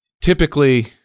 typically